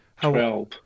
Twelve